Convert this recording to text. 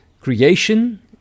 Creation